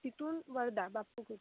तिथून वर्धा बाकी कुठं